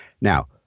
Now